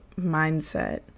mindset